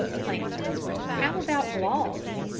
planter how about gloss?